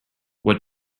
what